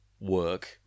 work